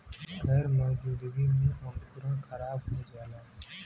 गैर मौजूदगी में अंकुरण खराब हो जाला